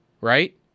Right